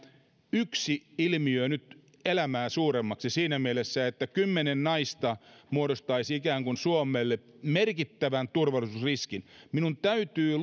yksi ilmiö nyt elämää suuremmaksi siinä mielessä että kymmenen naista ikään kuin muodostaisi suomelle merkittävän turvallisuusriskin minun täytyy